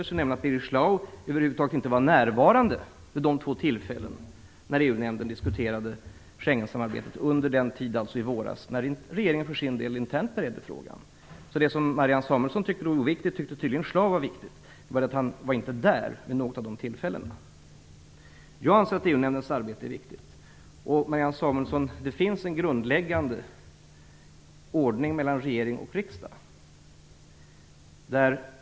Det har visat sig att Birger Schlaug över huvud taget inte var närvarande vid de två tillfällen när EU-nämnden i våras diskuterade Schengensamarbetet då regeringen internt beredde frågan. Det som Marianne Samuelsson tyckte var oviktigt, tyckte tydligen Birger Schlaug var viktigt. Det är bara det att han inte var där vid något av dessa tillfällen. Jag anser att EU-nämndens arbete är viktigt. Och, Marianne Samuelsson, det finns en grundläggande ordning mellan regering och riksdag.